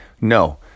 No